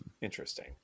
Interesting